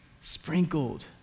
Sprinkled